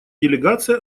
делегация